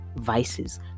vices